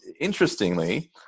interestingly